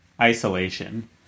isolation